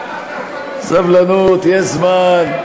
סבלנות, יש זמן.